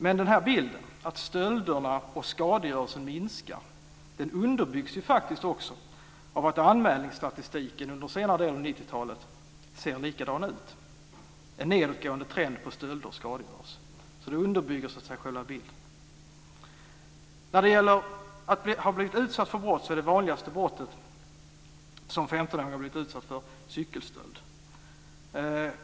Men den här bilden, att stölderna och skadegörelsen minskar, underbyggs faktiskt också av att anmälningsstatistiken under senare delen av 90-talet ser likadan ut. Det är en nedåtgående trend för stölder och skadegörelse. Det underbygger alltså själva bilden. Det vanligaste brottet som 15-åringar har blivit utsatta för är cykelstöld.